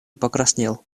покраснел